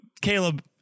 Caleb